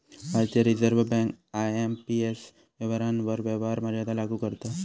भारतीय reserve bank IMPS व्यवहारांवर व्यवहार मर्यादा लागू करता